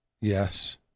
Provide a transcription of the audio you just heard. Yes